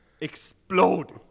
explode